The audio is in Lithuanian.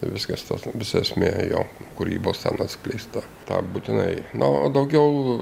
viskas tas visa esmė jo kūrybos ten atskleista tą būtinai na o daugiau